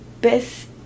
best